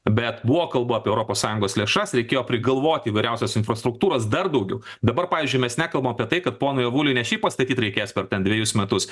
bet buvo kalbų apie europos sąjungos lėšas reikėjo prigalvoti įvairiausios infrastruktūros dar daugiau dabar pavyzdžiui mes nekalbam apie tai kad ponui avuliui ne šiaip pastatyt reikės per dvejus metus